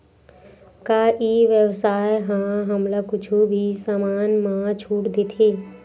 का ई व्यवसाय ह हमला कुछु भी समान मा छुट देथे?